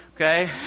Okay